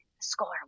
score